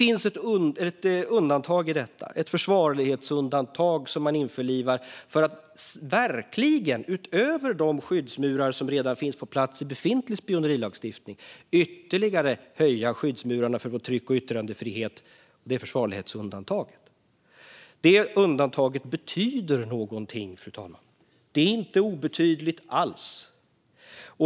I detta finns ett försvarlighetsundantag som man införlivar för att verkligen, utöver de skyddsmurar som redan finns på plats i befintlig spionerilagstiftning, ytterligare höja skyddsmurarna för vår tryck och yttrandefrihet. Det undantaget betyder någonting, fru talman. Det är inte obetydligt alls.